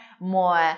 more